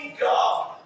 God